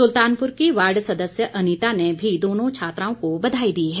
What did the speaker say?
सुल्तानपुर की वार्ड सदस्य अनीता ने दोनों छात्राओं को बधाई दी है